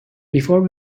before